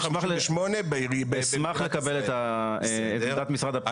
258 בפקודת --- אני אשמח לקבל את עמדת משרד הפנים.